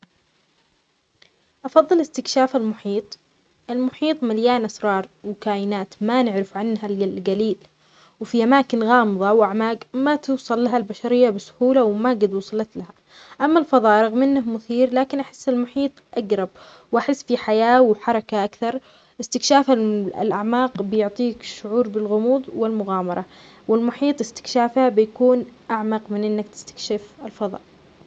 أفضل استكشاف المحيط ،المحيط مليان أسرار وكائنات ما نعرف عنها القليل، وفي أماكن غامضة، وأعماق ما توصلها البشرية بسهولة، وما قد وصلتلها. أما الفضاء رغم انه مثير، لكن أحس المحيط أقرب وأحس في حياة وحركة أكثر. استكشاف ال-الأعماق بيعطيك شعور بالغموض والمغامرة، والمحيط استكشافه بيكون أعمق من إنك تستكشف الفضاء.